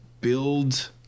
build